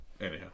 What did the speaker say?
Anyhow